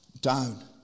down